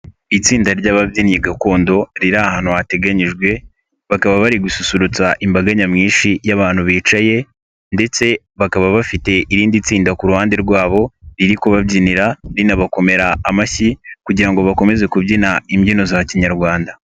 Itsinda ry'ababyinnyi gakondo, riri ahantu hateganyijwe, bakaba bari gususurutsa imbaga nyamwinshi y'abantu bicaye ndetse bakaba bafite irindi tsinda ku ruhande rwabo, riri kubabyinira rinabakomera amashyi kugira ngo bakomeze kubyina imbyino za kinyarwanda.